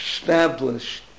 established